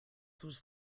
was